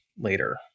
later